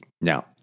Now